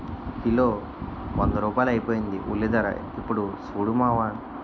kilo వంద రూపాయలైపోయింది ఉల్లిధర యిప్పుడు సూడు మావా